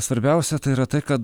svarbiausia tai yra tai kad